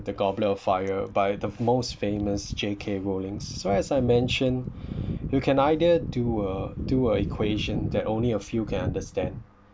the goblet of fire by the most famous J_K rowling so as I mentioned you can either do a do a equation that only a few can understand